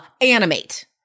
animate